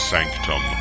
Sanctum